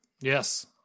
Yes